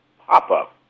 pop-up